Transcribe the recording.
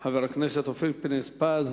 חבר הכנסת אופיר פינס-פז,